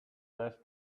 last